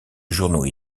journaux